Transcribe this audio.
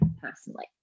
personally